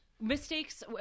Mistakes